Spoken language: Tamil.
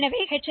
எனவே எச்